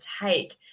take